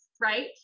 right